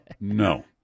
No